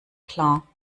klar